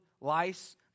lice